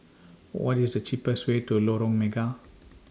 What IS The cheapest Way to Lorong Mega